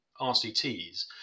RCTs